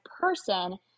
person